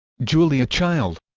julia child